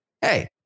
Hey